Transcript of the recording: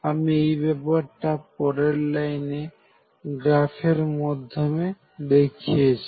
আমি এই ব্যাপারটা পরের লাইনে গ্রাফের মধ্যে দেখিয়েছি